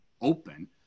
open